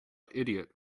idiot